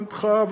לא נדחה,